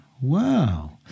Wow